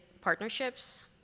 partnerships